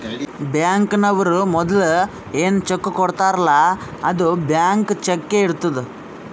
ಬ್ಯಾಂಕ್ನವ್ರು ಮದುಲ ಏನ್ ಚೆಕ್ ಕೊಡ್ತಾರ್ಲ್ಲಾ ಅದು ಬ್ಲ್ಯಾಂಕ್ ಚಕ್ಕೇ ಇರ್ತುದ್